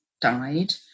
died